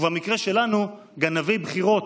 ובמקרה שלנו, גנבי בחירות.